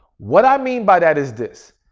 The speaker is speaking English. what i mean by that is this,